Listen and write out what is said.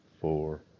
four